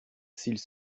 s’ils